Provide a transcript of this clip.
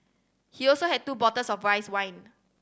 he also had two bottles of rice wine